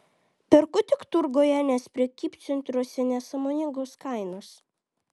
perku tik turguje nes prekybcentriuose nesąmoningos kainos